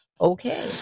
okay